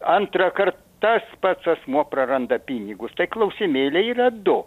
antrąkart tas pats asmuo praranda pinigus tai klausimėliai yra du